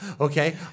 Okay